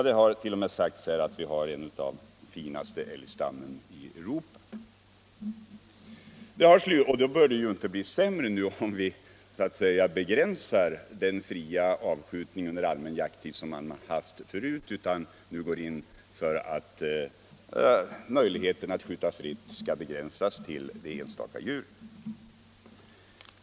Det har t.o.m. sagts att vi har en av de finaste älgstammarna i Europa — och då bör den ju inte bli sämre nu, om vi begränsar den fria avskjutning under allmän jakttid som vi haft förut, utan går in för att möjligheten att skjuta fritt skall begränsas till ett vuxet djur och en kalv.